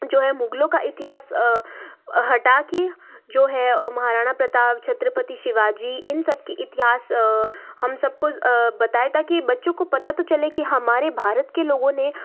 जो हैं मुगलों का इतिहास हटाके जो है महाराणा प्रताप छत्रपति शिवाजी इन सब के इतिहास हम सबको बताएं ताकि बच्चों को पता तो चले कि हमारे भारत के लोगों ने